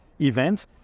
event